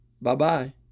Bye-bye